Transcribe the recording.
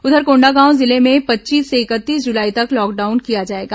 उधर कोंडागांव जिले में पच्चीस से इकतीस जुलाई तक लॉकडाउन लागू किया जाएगा